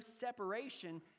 separation